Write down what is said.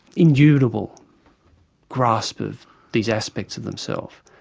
indubitable grasp of these aspects of themselves,